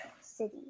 City